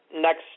next